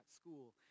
school